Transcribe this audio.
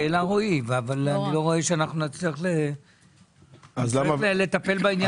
אבל אני לא רואה שאנחנו נצליח לטפל בעניין באופן פרטני.